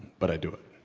but i do it.